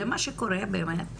זה מה שקורה באמת?